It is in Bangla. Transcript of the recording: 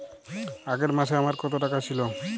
আগের মাসে আমার কত টাকা ছিল?